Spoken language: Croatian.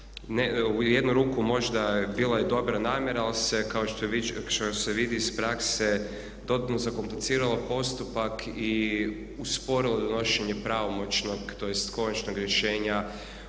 u jednu ruku možda bila i dobra namjera ali se kao što se vidi iz prakse totalno zakompliciralo postupak i usporilo donošenje pravomoćnog tj. konačnog rješenje